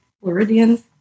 Floridians